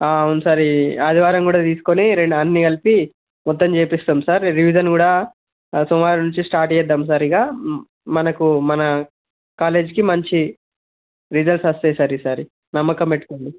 అవును సార్ ఈ ఆదివారం కూడా తీసుకుని రెండు అన్నీ కలిపి మొత్తం చేపిస్తాము సార్ రివిజన్ కూడా సోమవారం నుంచి స్టార్ట్ చేద్దాము సార్ ఇక మనకు మన కాలేజీకి మంచి రిజల్ట్స్ వస్తాయి సార్ ఈసారి నమ్మకం పెట్టుకోండి